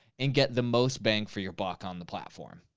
and get the most bang for your buck on the platform?